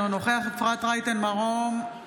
אינו נוכח אפרת רייטן מרום,